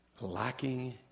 lacking